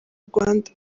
rwanda